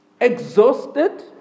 exhausted